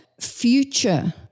future